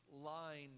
line